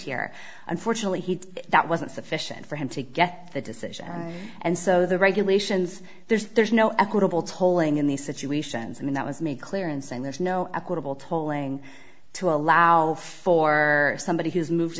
here unfortunately he that wasn't sufficient for him to get the decision and so the regulations there's there's no equitable tolling in these situations i mean that was made clear in saying there's no equitable tolling to allow for somebody who has moved